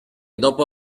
dopo